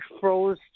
froze